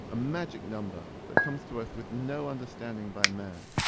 a magic number that comes to earth with no understanding by man.